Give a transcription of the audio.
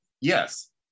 yes